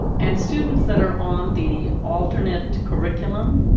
and students that are on the alternate curriculum,